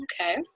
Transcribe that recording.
Okay